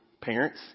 parents